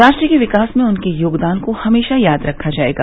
राष्ट्र के विकास में उनके योगदान को हमेशा याद रखा जायेगा